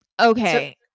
Okay